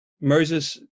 Moses